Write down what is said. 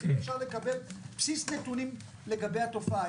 אם אפשר לקבל בסיס נתונים לגבי התופעה,